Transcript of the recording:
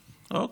אוקיי,